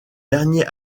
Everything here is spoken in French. dernier